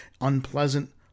unpleasant